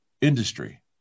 industry